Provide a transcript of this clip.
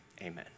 Amen